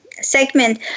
segment